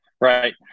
right